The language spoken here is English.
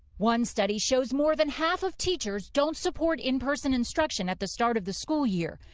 one study shows more than half of teachers don't support in person instruction at the start of the school year,